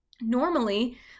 Normally